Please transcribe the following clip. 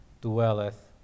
dwelleth